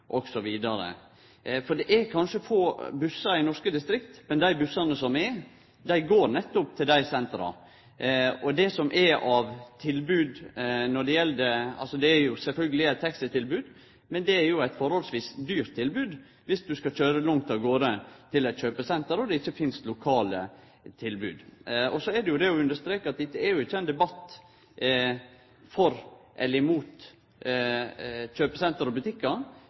eldretun, osv. Det er kanskje få bussar i norske distrikt, men dei bussane som er, går nettopp til dei sentra. Det er jo sjølvsagt eit taxitilbod, men det er jo eit forholdsvis dyrt tilbod viss du skal køyre langt av stad til eit kjøpesenter og det ikkje finst lokale tilbod. Så vil eg understreke at dette ikkje er ein debatt for eller imot kjøpesenter og butikkar.